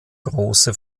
große